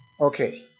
Okay